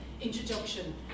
introduction